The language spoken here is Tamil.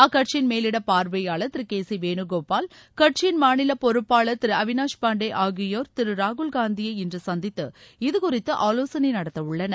அக்கட்சியின் மேலிட பார்வையாளர் திரு கே சி வேணுகோபால் கட்சியின் மாநில பொறுப்பாளர் திரு அவிநாஷ் பாண்டே ஆகியோர் திரு ராகுல் காந்தியை இன்று சந்தித்து இது குறித்து ஆலோசனை நடத்த உள்ளனர்